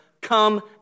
come